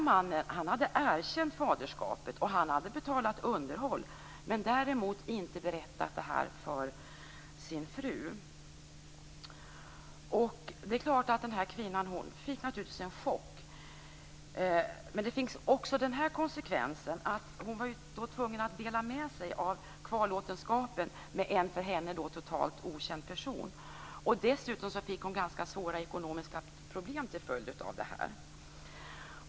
Mannen hade erkänt faderskapet, och han hade betalat underhåll men däremot inte berättat om detta för sin fru. Kvinnan fick naturligtvis en chock. Detta fick konsekvensen att hon var tvungen att dela med sig av kvarlåtenskapen med en för henne totalt okänd person. Dessutom fick hon svåra ekonomiska problem till följd av detta.